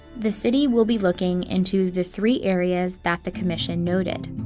the city will be looking into the three areas that the commission noted.